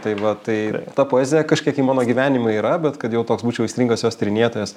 tai va tai ta poezija kažkiek ji mano gyvenime yra bet kad jau toks būčiau aistringas jos tyrinėtojas